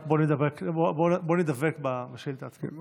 רק בוא נדבוק בשאילתה עצמה.